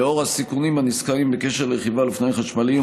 לאור הסיכונים הנזכרים בקשר לרכיבה על אופניים חשמליים,